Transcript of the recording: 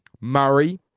Murray